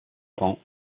temps